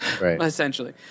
essentially